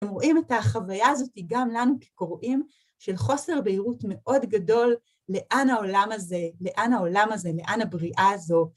רואים את החוויה הזאתי, גם לנו כקוראים, של חוסר בהירות מאוד גדול לאן העולם הזה, לאן העולם הזה, לאן הבריאה הזו.